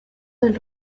del